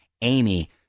Amy